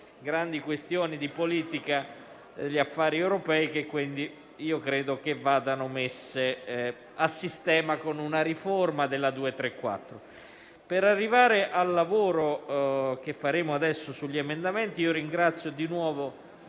Per arrivare al lavoro che faremo adesso sugli emendamenti, ringrazio di nuovo